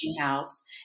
house